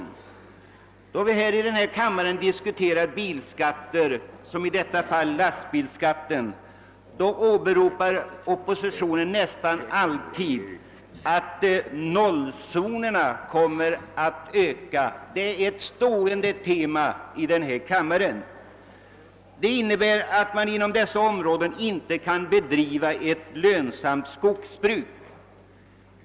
Nästan alltid då vi i denna kammare diskuterar bilskatter åberopar oppositionen att nollzonerna kommer att öka; det är ett stående tema i dessa diskussioner. Det innebär att man inom dessa områden inte kan bedriva ett lönsamt skogsbruk.